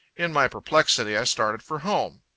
in my perplexity, i started for home.